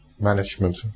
management